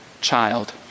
child